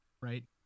Right